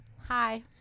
hi